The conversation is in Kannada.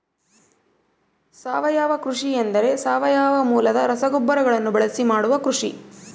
ಸಾವಯವ ಕೃಷಿ ಎಂದರೆ ಸಾವಯವ ಮೂಲದ ರಸಗೊಬ್ಬರಗಳನ್ನು ಬಳಸಿ ಮಾಡುವ ಕೃಷಿ